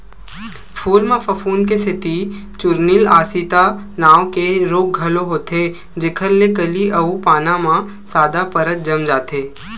फूल म फफूंद के सेती चूर्निल आसिता नांव के रोग घलोक होथे जेखर ले कली अउ पाना म सादा परत जम जाथे